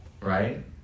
Right